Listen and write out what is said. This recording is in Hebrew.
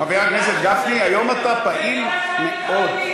חבר הכנסת גפני, היום אתה פעיל מאוד.